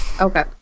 Okay